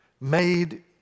made